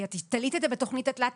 כי את תלית את זה בתוכנית התלת-שנתית,